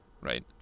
right